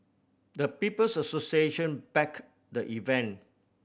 the People's Association backed the event